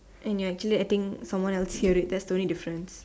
and you're actually letting someone else hear it that's the only difference